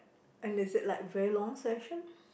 and is it like very long session